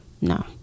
No